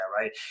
right